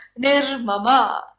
nirmama